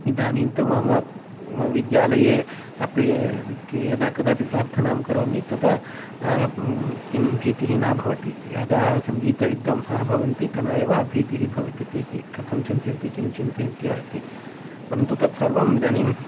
इदानीं तु मम विद्यालये अपि यदा कदापि प्रार्थनां करोमि तदा किं भीतिः न भवति यदा सङ्गीतविद्वान्सः भवन्ति तदा एव भीतिः भवति ते कथं चितयन्ति किं चिन्तयन्ति वा इति परन्तु तत् सर्वम् इदानीं